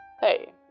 Hey